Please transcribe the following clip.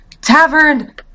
tavern